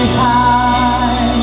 high